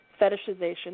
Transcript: fetishization